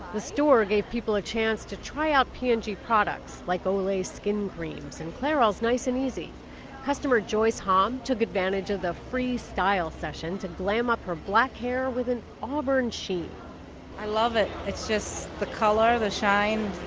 the store gave people a chance to try out p and g products, like olay skin creams and clairol's nice n easy customer joyce hom took advantage of the free style session to glam up her black hair with an auburn sheen i love it. it's just, the color the shine,